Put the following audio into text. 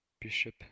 Bishop